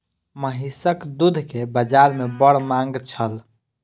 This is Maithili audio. महीसक दूध के बाजार में बड़ मांग छल